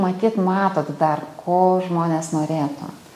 matyt matot dar ko žmonės norėtų